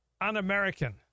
un-American